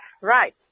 Right